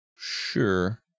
Sure